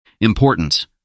Importance